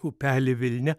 upelė vilnia